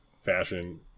fashion